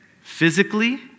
physically